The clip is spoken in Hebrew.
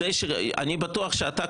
אני בטוח שאתה,